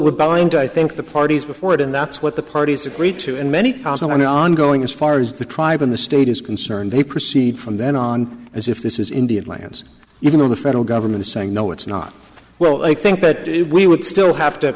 going to i think the parties before it and that's what the parties agreed to in many council on the ongoing as far as the tribe in the state is concerned they proceed from then on as if this is indeed lance even though the federal government is saying no it's not well i think that we would still have to